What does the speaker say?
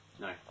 No